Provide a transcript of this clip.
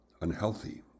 unhealthy